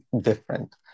different